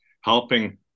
helping